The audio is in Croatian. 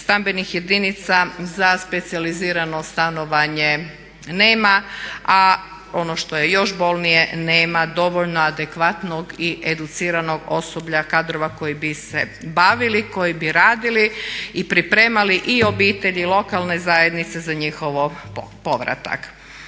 Stambenih jedinica za specijalizirano stanovanje nema, a ono što je još bolnije nema dovoljno adekvatnog i educiranog osoblja, kadrova koji bi se bavili koji bi radili i pripremali i obitelji lokalne zajednice za njihov povratak.